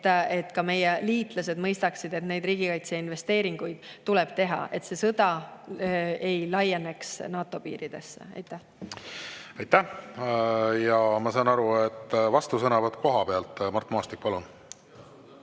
et ka meie liitlased mõistaksid, et riigikaitseinvesteeringuid tuleb teha, et see sõda ei laieneks NATO piiridesse. Aitäh! Aitäh! Ja ma saan aru, et vastusõnavõtt kohapealt. Mart Maastik, palun!